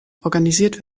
organisiert